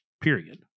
period